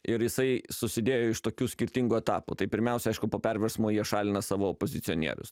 ir jisai susidėjo iš tokių skirtingų etapų tai pirmiausia aišku po perversmo jie šalina savo opozicionierius